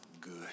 good